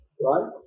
right